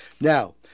Now